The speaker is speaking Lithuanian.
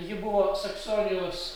ji buvo saksonijos